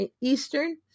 Eastern